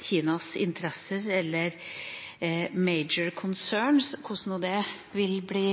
Kinas interesser eller «major concerns» – hvordan det nå vil bli